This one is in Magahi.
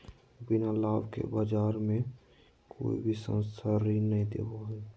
बिना लाभ के बाज़ार मे कोई भी संस्था ऋण नय देबो हय